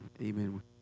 amen